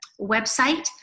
website